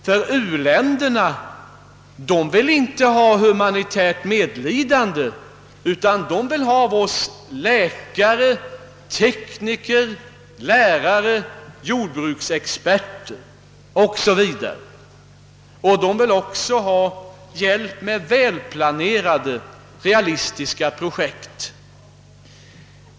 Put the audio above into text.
U-länderna blir nämligen inte hjälpta bara med humanitärt medlidande, utan de behöver läkare, tekniker, lärare, jordbruksexperter o. s. v., och de vill också ha hjälp med välplanerade realistiska projekt.